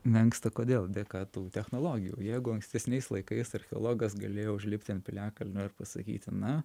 menksta kodėl dėka tų technologijų jeigu ankstesniais laikais archeologas galėjo užlipti ant piliakalnio ir pasakyti na